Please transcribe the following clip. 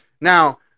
Now